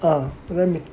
ah then